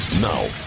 Now